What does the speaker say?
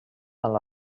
amb